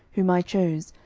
whom i chose,